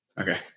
Okay